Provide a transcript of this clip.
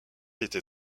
était